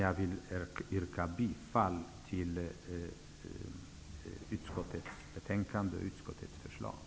Slutligen yrkar jag bifall till utskottets hemställan i betänkandet.